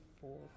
four